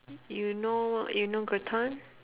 you know you know gratin